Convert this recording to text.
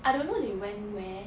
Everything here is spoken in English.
I don't know they went where